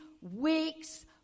weeks